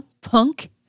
punk